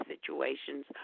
situations